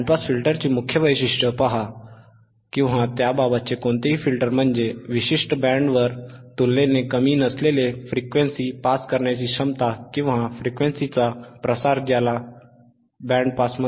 band pass फिल्टरची मुख्य वैशिष्ट्ये पहा किंवा त्याबाबतचे कोणतेही फिल्टर म्हणजे विशिष्ट बँडवर तुलनेने कमी नसलेली फ्रिक्वेन्सी पास करण्याची क्षमता किंवा फ्रिक्वेन्सीचा प्रसार ज्याला पास बँड म्हणतात